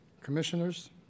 Commissioners